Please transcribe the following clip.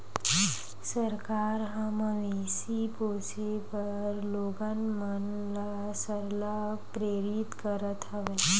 सरकार ह मवेशी पोसे बर लोगन मन ल सरलग प्रेरित करत हवय